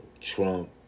Trump